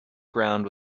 ground